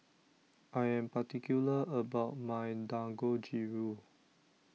I Am particular about My Dangojiru